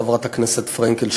חברת הכנסת פרנקל,